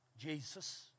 Jesus